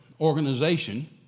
organization